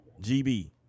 GB